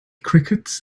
crickets